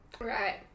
right